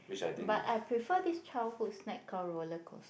but I prefer this childhood snack called roller coaster